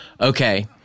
Okay